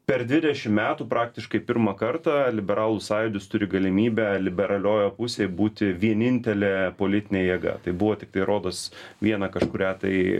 per dvidešim metų praktiškai pirmą kartą liberalų sąjūdis turi galimybę liberaliojoj pusėj būti vienintelė politinė jėga tai buvo tiktai rodos vieną kažkurią tai